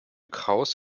krauss